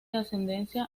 ascendencia